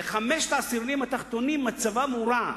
וחמשת העשירונים התחתונים מצבם הורע.